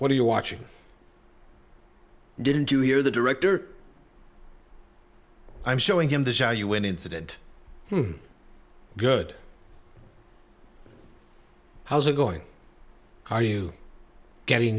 what are you watching didn't you hear the director i'm showing him the show you an incident good how's it going are you getting